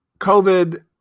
COVID